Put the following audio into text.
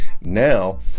now